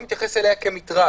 הוא מתייחס אליה כמטרד,